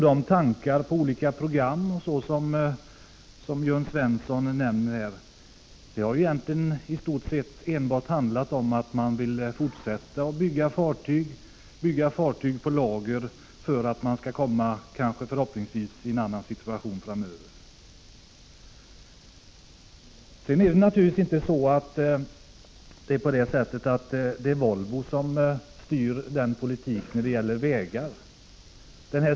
De tankar på olika program osv. som Jörn Svensson framför här har egentligen enbart handlat om att man vill fortsätta att bygga fartyg på lager för att förhoppningsvis kunna komma i en annan situation framöver. Vidare är det naturligtvis inte så att Volvo kan styra vägpolitiken.